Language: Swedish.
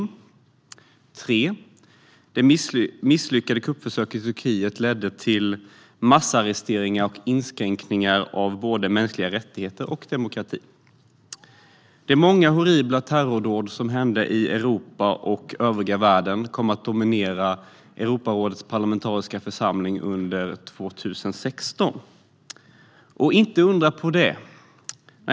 Det tredje var att det misslyckade kuppförsöket i Turkiet ledde till massarresteringar och inskränkningar av både mänskliga rättigheter och demokrati. De många horribla terrordåd som skedde i Europa och övriga världen kom under 2016 att dominera arbetet i Europarådets parlamentariska församling. Inte undra på det!